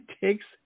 takes